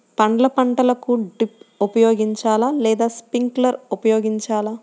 పండ్ల పంటలకు డ్రిప్ ఉపయోగించాలా లేదా స్ప్రింక్లర్ ఉపయోగించాలా?